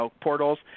portals